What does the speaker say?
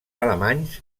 alemanys